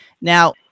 Now